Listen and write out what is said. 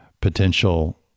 potential